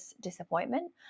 disappointment